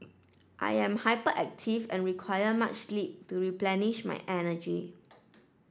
I am hyperactive and require much sleep to replenish my energy